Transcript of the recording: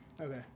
Okay